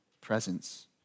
presence